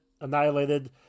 annihilated